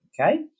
Okay